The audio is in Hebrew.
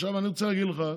עכשיו, אני רוצה להגיד לך.